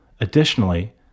Additionally